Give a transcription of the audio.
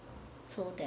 so that